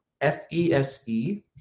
FESE